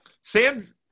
Sam